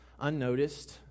unnoticed